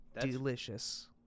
Delicious